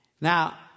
Now